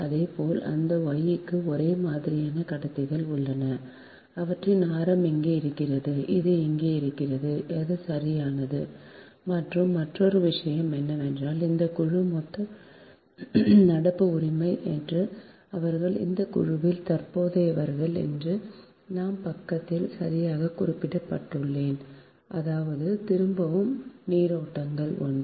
அதே போல் இந்த Y க்கு ஒரே மாதிரியான கடத்திகள் உள்ளன அவற்றின் ஆரம் இங்கே இருக்கிறது அது இங்கே இருக்கிறது அது சரியானது மற்றும் மற்றொரு விஷயம் என்னவென்றால் இந்த குழு இந்த மொத்த நடப்பு உரிமை என்று அவர்கள் இந்த குழுவில் தற்போதையவர்கள் நான் பக்கத்தில் சரியாக குறிப்பிடப்பட்டுள்ளேன் அதாவது திரும்பும் நீரோட்டங்கள் I